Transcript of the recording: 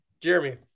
Jeremy